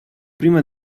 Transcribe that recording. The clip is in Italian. prima